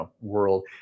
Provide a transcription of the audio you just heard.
world